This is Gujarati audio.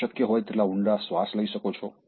તમે શક્ય હોય તેટલા ઊંડા શ્વાસ લઈ શકો છો